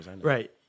right